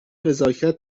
نزاکت